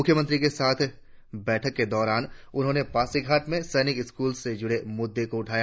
मुख्यमंत्री के साथ बैठक के दौरान उन्होंने पासीघाट में सैनिक स्कूल से जुड़े मुद्दे को उठाया